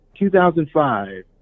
2005